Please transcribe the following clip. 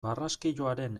barraskiloaren